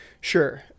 Sure